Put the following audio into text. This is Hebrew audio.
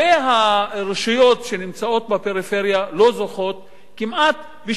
והרשויות שנמצאות בפריפריה לא זוכות כמעט בשום